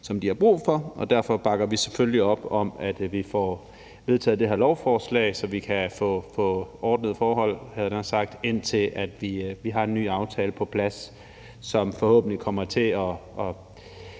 som de har brug for. Derfor bakker vi selvfølgelig op om, at vi får vedtaget det her lovforslag, så vi kan få ordnede forhold, havde jeg nær sagt, indtil vi har en ny aftale på plads, som forhåbentlig kommer til at